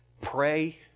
pray